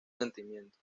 sentimientos